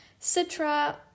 Citra